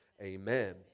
Amen